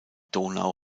donau